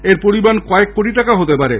এর পরিমাণ কয়েক কোটি টাকা হতে পারে